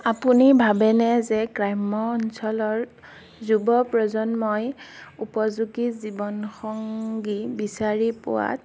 আপুনি ভাবেনে যে গ্ৰাম্য অঞ্চলৰ যুৱ প্ৰজন্মই উপযোগী জীৱনসংগী বিচাৰি পোৱাত